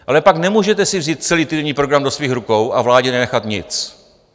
Ale pak si nemůžete vzít celý týdenní program do svých rukou a vládě nenechat nic.